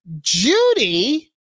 Judy